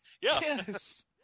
Yes